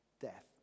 death